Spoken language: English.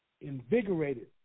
invigorated